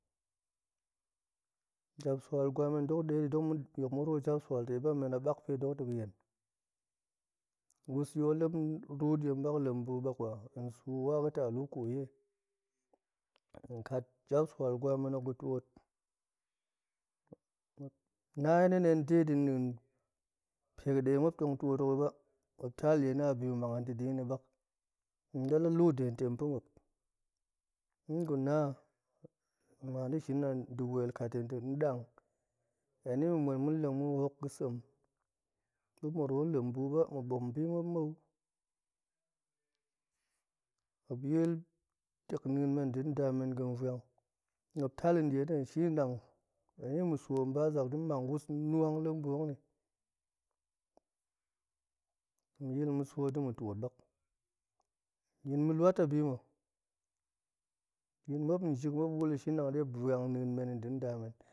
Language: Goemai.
japsual ngwa men dok dedi dok ma̱ yok ma̱ ruwo japsual teba men a bakpe dok tega̱yen wus yol dem bak lembu bakwa hen su waga̱ ta lu koye hen kat japsual ngwa menok ga̱ tiot ma̱p na hen detong dei pega̱ dema̱p tong tioti ba ma̱p tal die na̱ abi ma̱ mang hen to deyini bak hen dala lut dega̱ tem pa̱ma̱p heni guna hen muan de shin a de wel kat hen to, dang heni mu muan ma̱ detong ma̱ hok ga̱ sami dema̱ ruwo lembu ba ma̱ ɓa̱m bi ma̱p mou, ma̱p yil tek nien men de nda men ga̱ vuang, ma̱p tali die na̱ hen shini dang henyin ma̱ swo hen bazak de mang wus nuwang lembu ma̱p ni ma yil ma̱ swo de ma̱ tiot bak yin ma̱ luat abi ma̱ yin ma̱p jik ma̱p wuli shin dang dema̱p vuang nien men de ma̱ nda men